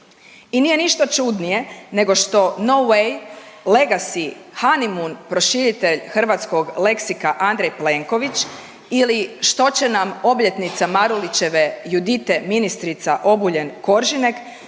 I nije ništa čudnije nego što nou wey legasi honeymoon proširitelj hrvatskog leksika Andrej Plenković ili što će nam obljetnica Marulićeve Judite ministrica Obuljen Koržinek